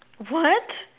what